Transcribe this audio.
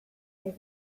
ere